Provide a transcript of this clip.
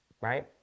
right